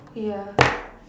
ya